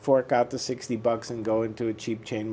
fork out the sixty bucks and go into a cheap chain